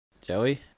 Joey